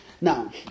Now